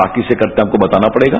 बाकी से करते हैं आपको बताना पड़ेगा